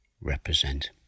represent